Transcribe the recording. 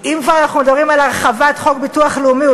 אם כבר אנחנו מדברים על הרחבת חוק הביטוח הלאומי,